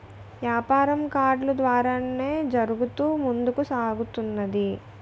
యాపారం కార్డులు ద్వారానే జరుగుతూ ముందుకు సాగుతున్నది